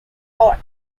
are